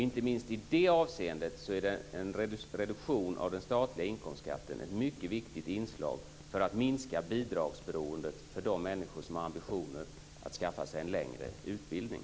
Inte minst i det avseendet är en reduktion av den statliga inkomstskatten ett mycket viktigt inslag för att minska bidragsberoendet för de människor som har ambitioner att skaffa sig en längre utbildning.